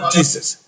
Jesus